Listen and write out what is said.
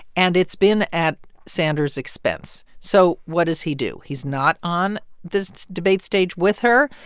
and it's been at sanders' expense. so what does he do? he's not on the debate stage with her.